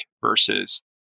versus